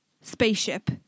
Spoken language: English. spaceship